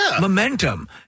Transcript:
momentum